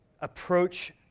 approach